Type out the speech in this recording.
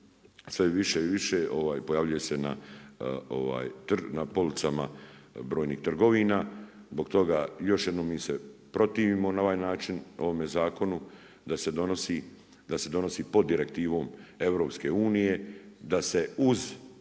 sve više i više pojavljuje se na policama brojnih trgovina. Zbog toga, još jednom, mi se protivimo na ovaj način ovome zakonu da se donosi pod direktivom EU, da se uz